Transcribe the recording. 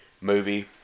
movie